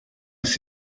ist